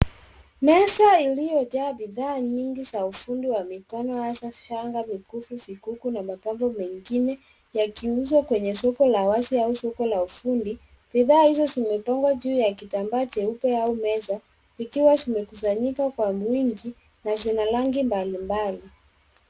Meza iliyojaa bidhaa nyingi za ufundi wa mikono hasa shanga mikufu vikuku na mapambo mengine yakiuzwa kwenye soko la wazi au soko la ufundi bidhaa hizo zimepangwa juu ya kitambaa jeupe au meza zikiwa zimekusanyika kwa wingi na zina rangi mbali mbali.